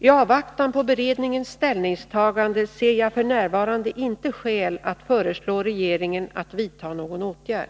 I avvaktan på beredningens ställningstagande ser jag f. n. inga skäl att föreslå regeringen att vidta någon åtgärd.